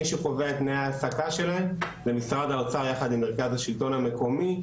מי שקובע את תנאי העסקה שלהם זה משרד האוצר יחד עם מרכז השלטון המקומי.